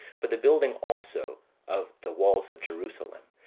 for the building also of the walls of jerusalem,